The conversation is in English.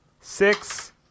Six